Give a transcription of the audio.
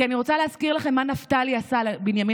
כי אני רוצה להזכיר לכם מה נפתלי עשה לבנימין